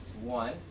One